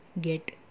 get